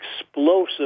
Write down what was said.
explosive